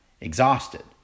exhausted